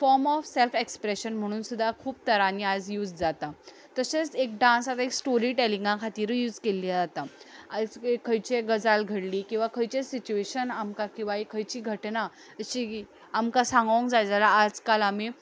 form of self expression म्हणून सुद्दा खूब तरांनी आज यूज जाता तशेंच एक डांस हांवें एक स्टोरी टॅलिंगा खातीरूय यूज केल्ली आतां आयज एक खंयचे गजाल घडली किंवां खंयचें सिट्यूयेशन आमकां किंवां खंयचीय घटना जशी की आमकां सांगूंक जाय जाल्यार आजकाल आमी